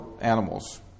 animals